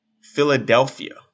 Philadelphia